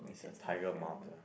is the tiger mums eh